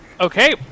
Okay